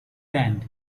went